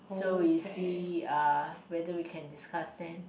so we see uh whether we can discuss then